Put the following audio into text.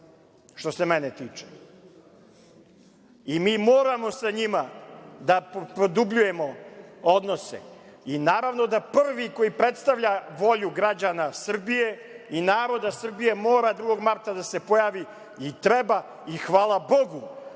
što se mene tiče. I mi moramo sa njima da produbljujemo odnose i naravno da prvi koji predstavlja volju građana Srbije i naroda Srbije mora 2. marta da se pojavi i treba i hvala Bogu